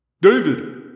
David